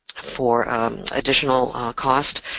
for additional cost,